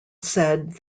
said